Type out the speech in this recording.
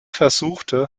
versuchte